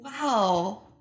Wow